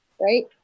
right